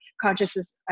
consciousness